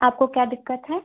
आपको क्या दिक्कत है